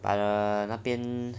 but err 那边